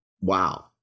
wow